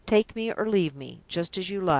take me or leave me, just as you like.